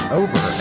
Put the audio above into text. over